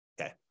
Okay